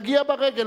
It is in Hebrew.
תגיע ברגל.